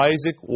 Isaac